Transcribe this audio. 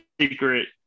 secret